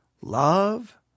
love